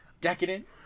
decadent